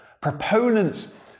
Proponents